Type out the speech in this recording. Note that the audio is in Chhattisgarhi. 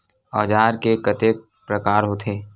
औजार के कतेक प्रकार होथे?